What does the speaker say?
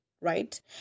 right